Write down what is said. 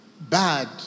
bad